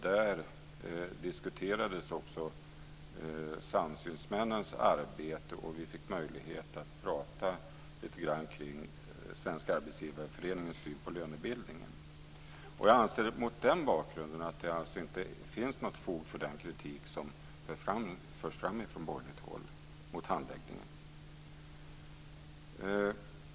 Där diskuterades också samsynsmännens arbete, och vi fick möjlighet att tala lite grann kring Svenska Arbetsgivareföreningens syn på lönebildningen. Jag anser mot den bakgrunden att det inte finns något fog för den kritik mot handläggningen som förts fram från borgerligt håll.